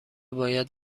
باید